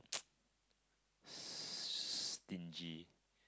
stingy